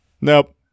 Nope